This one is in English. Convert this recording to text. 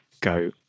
go